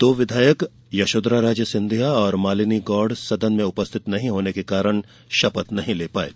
दो विधायक यशोधराराजे सिंधिया और मालिनी गौड़ सदन में उपस्थित नहीं होने के कारण शपथ नहीं ले पायीं